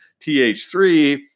TH3